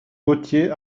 gauthier